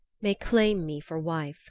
may claim me for wife